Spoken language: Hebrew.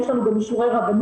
יש לנו גם אישורי רבנים,